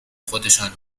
خودشان